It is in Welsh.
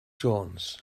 jones